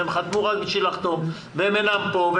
והם חתמו רק בשביל לחתום והם אינם פה,